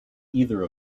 either